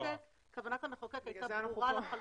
כוונת המחוקק הייתה ברורה לחלוטין.